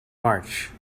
march